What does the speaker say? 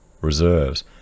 reserves